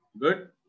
good